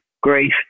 grief